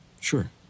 Sure